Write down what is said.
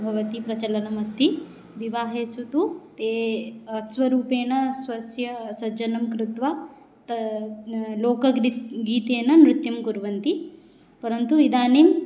भवति प्रचलनम् अस्ति विवाहेषु तु ते स्वरूपेण स्वस्य सज्जनं कृत्वा लोकगीतेन नृत्यं कुर्वन्ति परन्तु इदानीम्